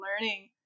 learning